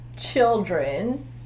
children